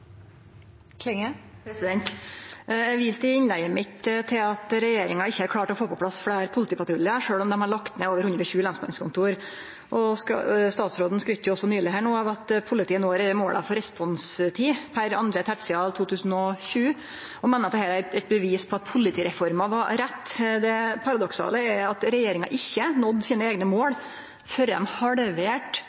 Eg viste i innlegget mitt til at regjeringa ikkje har klart å få på plass fleire politipatruljar, sjølv om dei har lagt ned over 120 lensmannskontor. Og statsråden skrytte også nyleg av at politiet når måla for responstid per andre tertial 2020, og meiner at det er eit bevis på at politireforma var rett. Det paradoksale er at regjeringa ikkje nådde sine eigne mål før dei